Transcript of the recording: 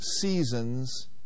seasons